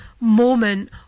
moment